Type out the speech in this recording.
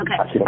Okay